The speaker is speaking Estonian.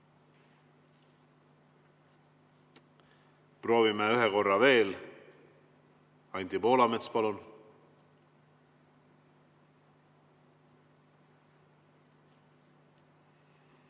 Proovime ühe korra veel. Anti Poolamets, palun!